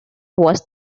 was